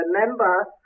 remember